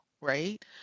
right